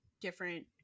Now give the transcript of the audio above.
different